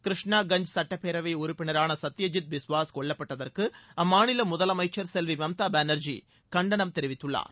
கிரிஷ்ணாகஞ்ச் சுட்டப்பேரவை உறுப்பினரான சத்பஜித் பிஸ்வாஸ் கொல்லப்பட்டதற்கு அம்மாநில முதலமைச்சர் செல்வி மம்தா பானர்ஜி கண்டனம் தெரிவித்துள்ளார்